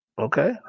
Okay